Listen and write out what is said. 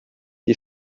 die